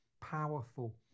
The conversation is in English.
powerful